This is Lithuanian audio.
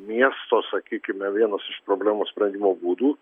miesto sakykime vienas iš problemos sprendimo būdų